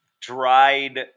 dried